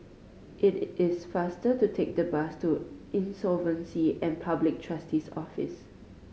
it is faster to take the bus to Insolvency and Public Trustee's Office